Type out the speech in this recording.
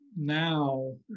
now